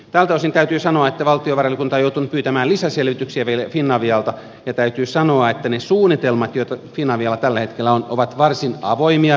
tältä osin täytyy sanoa että valtiovarainvaliokunta on joutunut pyytämään vielä lisäselvityksiä finavialta ja täytyy sanoa että ne suunnitelmat joita finavialla tällä hetkellä on ovat vielä varsin avoimia